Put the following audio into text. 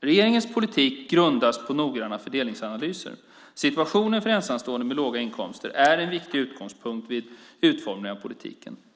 Regeringens politik grundas på noggranna fördelningsanalyser. Situationen för ensamstående med låga inkomster är en viktig utgångspunkt vid utformningen av politiken.